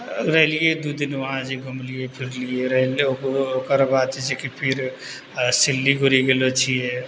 रहलियइ दू दिन वहाँ जे घुमलियै फिरलियै रहलियै ओकरबाद जे छै कि फिर सिल्लीगुड़ी गेलो छियै